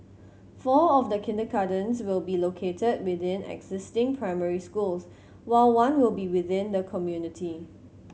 four of the kindergartens will be located within existing primary schools while one will be within the community